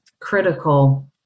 critical